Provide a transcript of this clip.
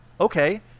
Okay